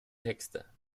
texter